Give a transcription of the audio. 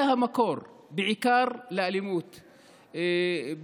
זה בעיקר המקור לאלימות ולרציחות,